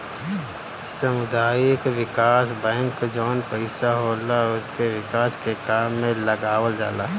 सामुदायिक विकास बैंक जवन पईसा होला उके विकास के काम में लगावल जाला